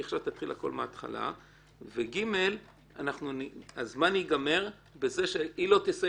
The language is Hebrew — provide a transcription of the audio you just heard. היא עכשיו תתחיל הכל מהתחלה וגם הזמן ייגמר בזה שהיא לא תסיים